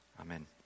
Amen